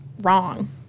wrong